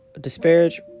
disparage